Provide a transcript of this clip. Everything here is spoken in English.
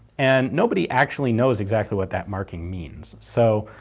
and nobody actually knows exactly what that marking means, so